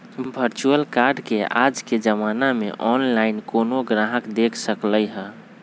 virtual card के आज के जमाना में ऑनलाइन कोनो गाहक देख सकलई ह